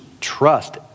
trust